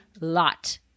lot